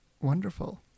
wonderful